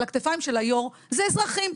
על הכתפיים של היו"ר זה אזרחים,